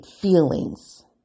feelings